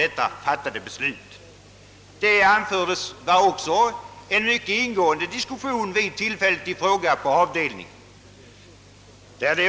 Vid tillfället i fråga fördes också en livlig diskussion på avdelningen.